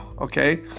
Okay